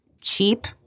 cheap